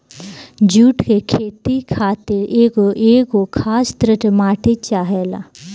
जुट के खेती खातिर एगो खास तरह के माटी चाहेला